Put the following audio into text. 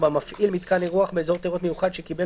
"(4)מפעיל מיתקן אירוח באזור תיירות מיוחד שקיבל